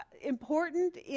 important